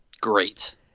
great